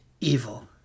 evil